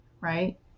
right